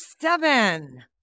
seven